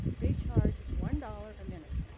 they charge one dollars a minute.